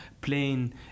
plain